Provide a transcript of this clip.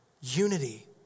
unity